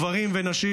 גברים ונשים,